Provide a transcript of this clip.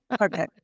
Okay